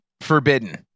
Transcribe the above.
forbidden